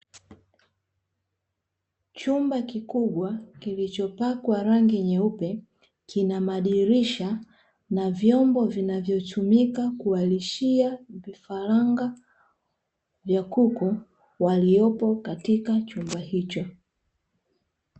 Chumba kikubwa kilichopakwa rangi nyeupe kina madirisha na vyombo vinavyotumika kuwalishia vifaranga vya kuku waliopo katika chumba hicho.